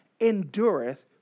endureth